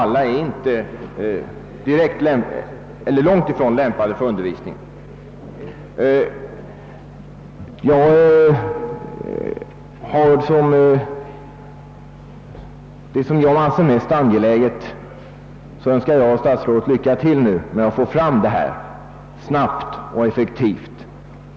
För övrigt är långt ifrån alla lämpliga för undervisning. Jag önskar emellertid statsrådet lycka till. med att förverkliga projektet snabbt och effektivt.